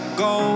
go